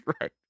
Right